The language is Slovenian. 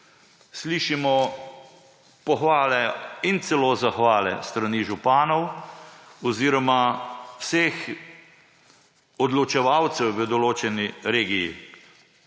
slišimo pohvale in celo zahvale s strani županov oziroma vseh odločevalcev v določeni regiji.